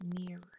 nearer